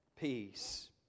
peace